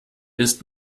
ist